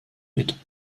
mit